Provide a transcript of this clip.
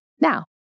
Now